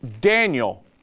Daniel